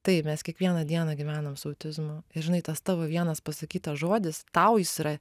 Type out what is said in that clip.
taip mes kiekvieną dieną gyvenam su autizmu ir žinai tas tavo vienas pasakytas žodis tau jis yra